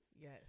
yes